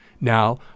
Now